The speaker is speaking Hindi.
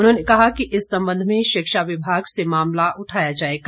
उन्होंने कहा कि इस संबंध में शिक्षा विभाग से मामला उठाया जाएगा